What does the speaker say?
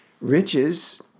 Riches